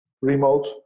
remote